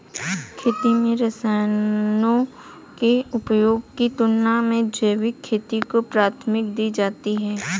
खेती में रसायनों के उपयोग की तुलना में जैविक खेती को प्राथमिकता दी जाती है